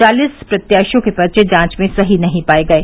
चालीस प्रत्याशियों के पर्चे जांच में सही नहीं पाये गये